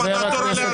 חברת הכנסת